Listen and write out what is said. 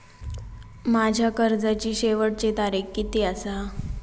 माझ्या कर्जाची शेवटची तारीख किती आसा?